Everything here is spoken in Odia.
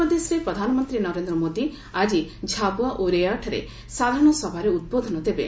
ମଧ୍ୟପ୍ରଦେଶରେ ପ୍ରଧାନମନ୍ତ୍ରୀ ନରେନ୍ଦ୍ର ମୋଦି ଆକି ଝାବୁଆ ଓ ରେଓ୍ବାଠାରେ ସାଧାରଣ ସଭାରେ ଉଦ୍ବୋଧନ ଦେବେ